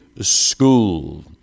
school